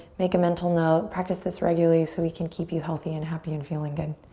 make a mental note. practice this regularly so we can keep you healthy and happy and feeling good.